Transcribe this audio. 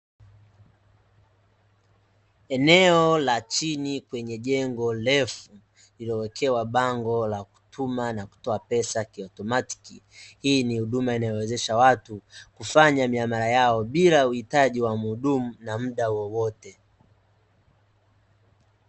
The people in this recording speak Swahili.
Eneo la chini kwenye jengo refu lililowekewa bango la kutuma na kutoa pesa kiautomatiki, hii ni huduma inayowezesha watu kufanya miamala yao bila ya uhitaji wa muhudumu na muda wowote.